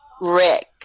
Rick